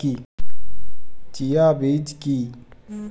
Chia বীজ কী?